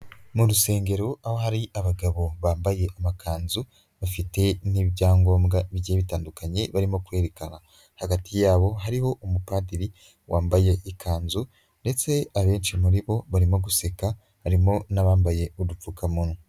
Mu rusengero aho hari abagabo bambaye amakanzu bafite n'ibyangombwa bigiye bitandukanye barimo kwerekana, hagati yabo hariho umupadiri wambaye ikanzu ndetse abenshi muri bo barimo guseka harimo n'abambaye udupfukamunwa.